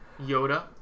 Yoda